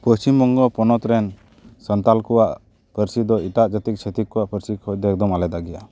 ᱯᱚᱥᱪᱤᱢ ᱵᱚᱝᱜᱚ ᱯᱚᱱᱚᱛ ᱨᱮᱱ ᱥᱟᱱᱛᱟᱞ ᱠᱚᱣᱟᱜ ᱯᱟᱹᱨᱥᱤ ᱫᱚ ᱮᱴᱟᱜ ᱡᱟᱹᱛᱤ ᱪᱷᱟᱹᱛᱤᱠ ᱠᱚᱣᱟᱜ ᱯᱟᱹᱨᱥᱤ ᱠᱷᱚᱱ ᱫᱚ ᱮᱠᱫᱚᱢ ᱟᱞᱟᱫᱟ ᱜᱮᱭᱟ